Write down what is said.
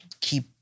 keep